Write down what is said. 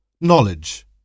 knowledge